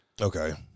Okay